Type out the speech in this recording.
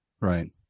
Right